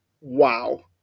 wow